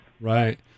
Right